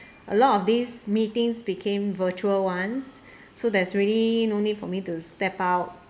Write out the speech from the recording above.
a lot of these meetings became virtual ones so there's really no need for me to step out